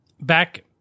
back